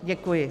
Děkuji.